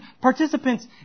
participants